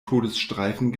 todesstreifen